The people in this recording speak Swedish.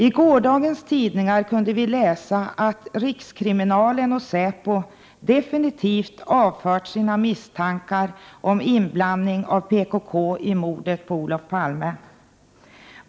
I gårdagens tidningar kunde vi läsa att rikskriminalen och säpo definitivt avfört sina misstankar om inblandning av PKK i mordet på Olof Palme.